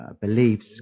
beliefs